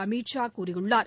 அமீத் ஷா கூறியுள்ளார்